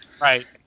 Right